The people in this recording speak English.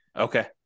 Okay